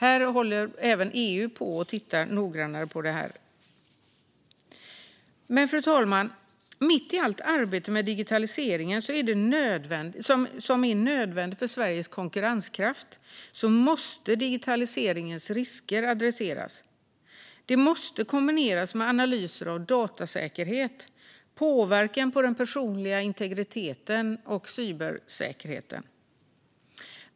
Även EU håller på och tittar noggrannare på detta. Fru talman! Mitt i allt arbete med digitaliseringen, som är en nödvändighet för Sveriges konkurrenskraft, måste dock digitaliseringens risker adresseras. Det måste kombineras med analyser av datasäkerhet, påverkan på den personliga integriteten och cybersäkerheten.